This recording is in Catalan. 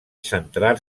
centrar